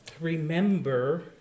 Remember